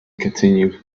continued